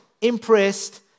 impressed